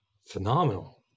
Phenomenal